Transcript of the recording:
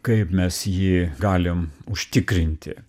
kaip mes jį galim užtikrinti